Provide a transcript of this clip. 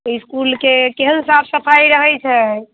इसकुलके केहन साफ सफाइ रहैत छै